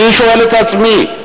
אני שואל את עצמי: